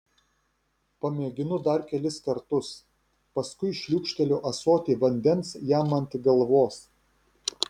pamėginu dar kelis kartus paskui šliūkšteliu ąsotį vandens jam ant galvos